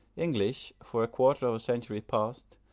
english, for a quarter of a century past,